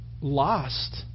lost